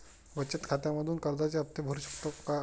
बचत खात्यामधून कर्जाचे हफ्ते भरू शकतो का?